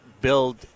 build